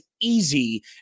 easy